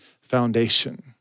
foundation